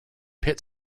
pit